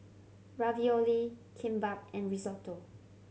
Ravioli Kimbap and Risotto